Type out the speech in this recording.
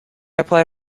apply